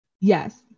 Yes